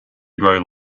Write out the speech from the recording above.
grow